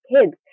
kids